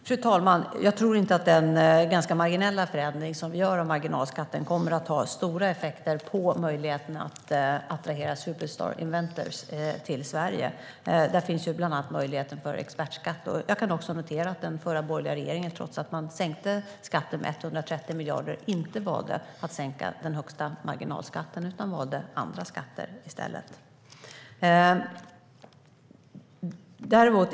Fru talman! Jag tror inte att den ganska marginella förändring vi gör av marginalskatten kommer att ha stora effekter på möjligheten att attrahera superstar inventors till Sverige. Där finns bland annat möjligheten till expertskatt. Jag noterar att den tidigare borgerliga regeringen, trots att den sänkte skatten med 130 miljarder, valde att inte sänka den högsta marginalskatten utan valde andra skatter i stället.